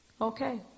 Okay